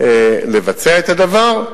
לבצע את הדבר,